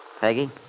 Peggy